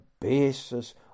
basis